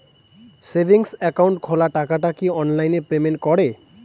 Savings account খোলা টাকাটা কি অনলাইনে পেমেন্ট করে?